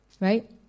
Right